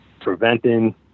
preventing